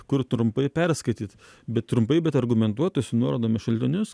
kur trumpai perskaityt bet trumpai bet argumentuotus su nuorodomis šaltinius